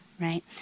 right